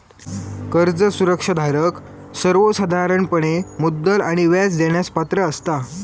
कर्ज सुरक्षा धारक सर्वोसाधारणपणे मुद्दल आणि व्याज देण्यास पात्र असता